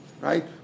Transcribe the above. right